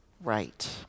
right